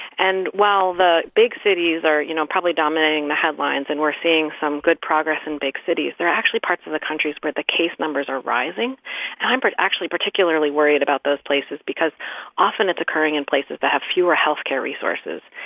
and while the big cities are, you know, probably dominating the headlines and we're seeing some good progress in big cities, there are actually parts of the country's where the case numbers are rising. and i'm actually particularly worried about those places because often, it's occurring in places that have fewer health care resources.